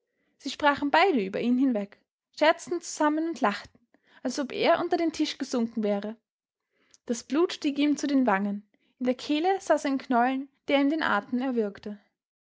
sie sprachen beide über ihn hinweg scherzten zusammen und lachten als ob er unter den tisch gesunken wäre das blut stieg ihm zu den wangen in der kehle saß ein knollen der ihm den atem erwürgte